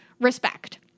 Respect